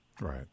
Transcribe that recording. Right